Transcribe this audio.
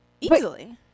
Easily